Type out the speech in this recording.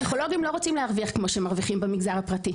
פסיכולוגים לא רוצים להרוויח כמו שמרוויחים במגזר הפרטי,